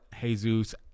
Jesus